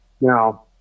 Now